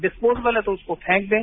disposable है तो उसको फेंक दें